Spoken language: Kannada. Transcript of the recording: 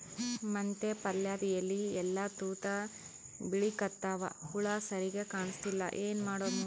ಮೆಂತೆ ಪಲ್ಯಾದ ಎಲಿ ಎಲ್ಲಾ ತೂತ ಬಿಳಿಕತ್ತಾವ, ಹುಳ ಸರಿಗ ಕಾಣಸ್ತಿಲ್ಲ, ಏನ ಮಾಡಮು?